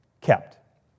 kept